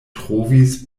trovis